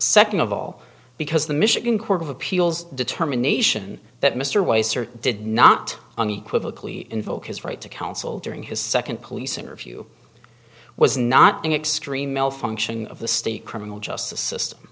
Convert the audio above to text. second of all because the michigan court of appeals determination that mr weiser did not unequivocally invoke his right to counsel during his second police interview was not an extreme l function of the state criminal justice system